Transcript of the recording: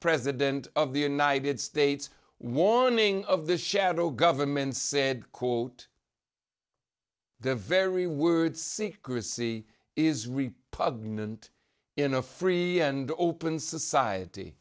president of the united states warning of the shadow government said quote the very word secrecy is repugnant in a free and open society